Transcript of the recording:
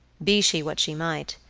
be she what she might,